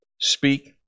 Speak